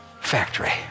factory